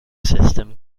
system